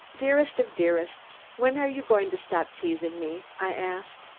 dearest of dearests, when are you going to stop teasing me? i asked.